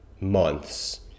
months